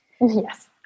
Yes